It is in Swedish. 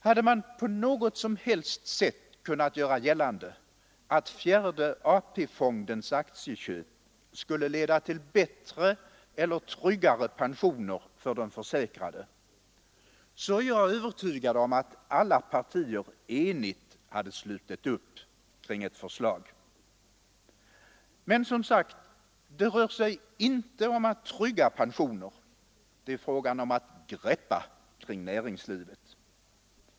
Hade man på något sätt kunnat göra gällande att fjärde AP-fondens aktieköp skulle leda till bättre eller tryggare pensioner för de försäkrade, så är jag övertygad om att alla partier enigt slutit upp kring förslaget. Men, som sagt, det rör sig inte om att trygga pensioner. Det är fråga om att greppa kring näringslivet.